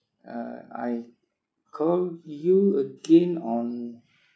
uh I call you again on